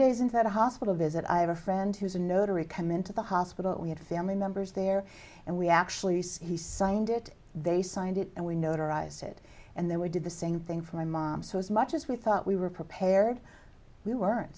days in that hospital visit i have a friend who's a notary come into the hospital we had family members there and we actually he signed it they signed it and we notarized it and then we did the same thing for my mom so as much as we thought we were prepared we weren't